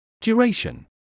Duration